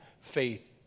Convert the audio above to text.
faith